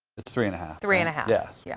it's three and a half. three and a half. yes, yeah